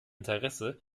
interesse